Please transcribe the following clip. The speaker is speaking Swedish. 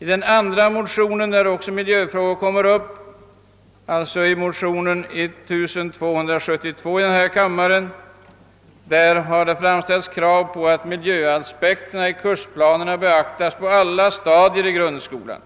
I den andra motion, där miljöfrågor tas upp, nr 1272 i denna kammare, har det också framställts krav på att miljöaspekterna i kursplanerna beaktas på alla stadier i grundskolan.